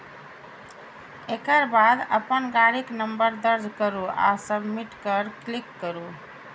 एकर बाद अपन गाड़ीक नंबर दर्ज करू आ सबमिट पर क्लिक करू